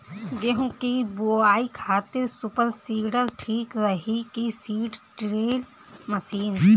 गेहूँ की बोआई खातिर सुपर सीडर ठीक रही की सीड ड्रिल मशीन?